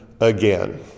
again